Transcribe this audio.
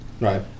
Right